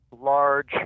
large